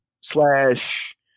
slash